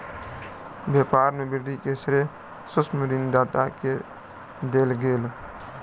व्यापार में वृद्धि के श्रेय सूक्ष्म ऋण दाता के देल गेल